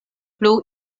plu